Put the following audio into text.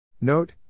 Note